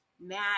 Matt